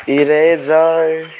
eraser